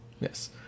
Yes